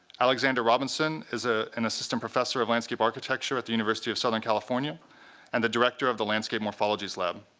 alexander robinson is ah an assistant professor of landscape architecture at the university of southern california and the director of the landscape morphologies lab.